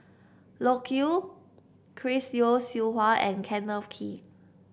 Loke Yew Chris Yeo Siew Hua and Kenneth Kee